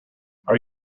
are